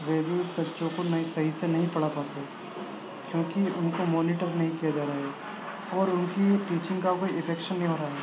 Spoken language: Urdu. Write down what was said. وہ بھی بچوں کو نہیں صحیح سے نہیں پڑھا پاتے کیونکہ ان کو مانیٹر نہیں کیا جا رہا ہے اور ان کی ٹیچنگ کا کوئی افیکشن نہیں ہو رہا ہے